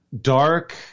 dark